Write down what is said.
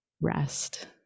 rest